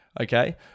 okay